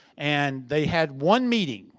and they had one meeting,